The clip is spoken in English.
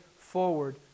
forward